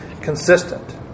consistent